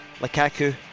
Lukaku